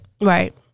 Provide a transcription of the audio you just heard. Right